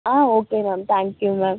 ah okay ma'am thank you ma'am